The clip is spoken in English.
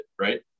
right